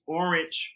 orange